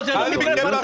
לא, זה לא מקרה פרטני.